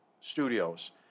studios